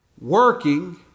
working